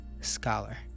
scholar